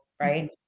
Right